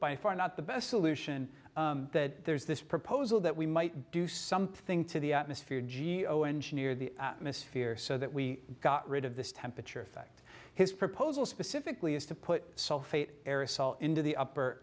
by far not the best solution that there's this proposal that we might do something to the atmosphere geo engineered the atmosphere so that we got rid of this temperature effect his proposal specifically is to put sulfate aerosol into the upper